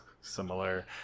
similar